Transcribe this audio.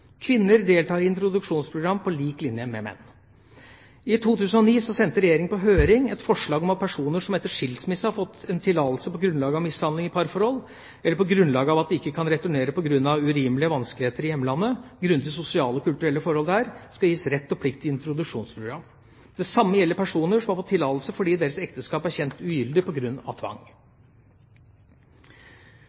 Kvinner deltar i introduksjonsprogram på lik linje med menn. I 2009 sendte Regjeringa på høring et forslag om at personer som etter skilsmisse har fått en tillatelse på grunnlag av mishandling i parforhold eller på grunnlag av at de ikke kan returnere på grunn av urimelige vanskeligheter i hjemlandet grunnet de sosiale og kulturelle forhold der, skal gis rett og plikt til introduksjonsprogram. Det samme gjelder personer som har fått tillatelse fordi deres ekteskap er kjent ugyldig på grunn av tvang.